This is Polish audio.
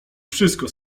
wszystko